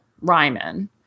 Ryman